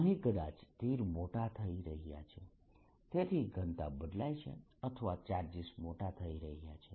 અહીં કદાચ તીર મોટા થઈ રહ્યા છે તેથી ઘનતા બદલાય છે અથવા ચાર્જીસ મોટા થઈ રહ્યા છે